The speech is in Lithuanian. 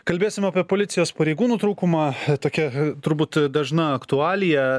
kalbėsim apie policijos pareigūnų trūkumą tokia turbūt dažna aktualija